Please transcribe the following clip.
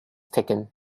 taken